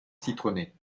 citronnée